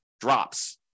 drops